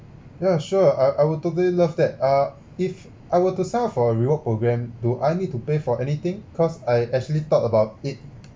yeah sure I I will totally love that ah if I were to sign up for a reward program do I need to pay for anything cause I actually thought about it